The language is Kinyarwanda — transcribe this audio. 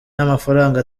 n’amafaranga